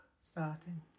starting